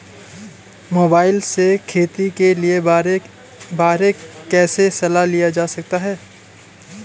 Mobile से खेती के बारे कैसे सलाह लिया जा सकता है?